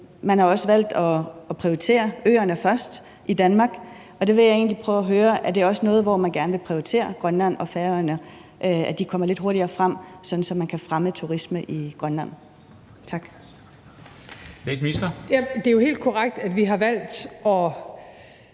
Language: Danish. Man har også valgt at prioritere øerne i Danmark først. Og der vil jeg egentlig gerne høre, om det også er noget, hvor man gerne vil prioritere Grønland og Færøerne, altså at de kommer lidt hurtigere frem, sådan at man kan fremme turisme i Grønland. Tak. Kl. 13:54 Formanden (Henrik Dam